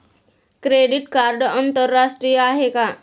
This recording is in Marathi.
क्रेडिट कार्ड आंतरराष्ट्रीय आहे का?